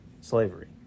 slavery